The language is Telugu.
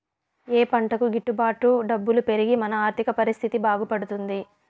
ఏ పంటకు గిట్టు బాటు డబ్బులు పెరిగి మన ఆర్థిక పరిస్థితి బాగుపడుతుంది?